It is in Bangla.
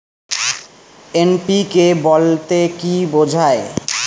এন.পি.কে বলতে কী বোঝায়?